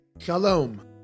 Shalom